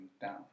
down